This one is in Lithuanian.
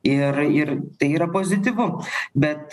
ir ir tai yra pozityvu bet